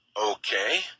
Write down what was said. okay